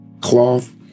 cloth